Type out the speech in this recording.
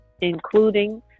including